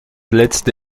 letzte